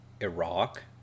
Iraq